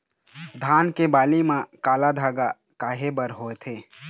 धान के बाली म काला धब्बा काहे बर होवथे?